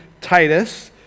Titus